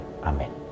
amen